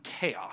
chaos